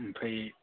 ओमफ्राय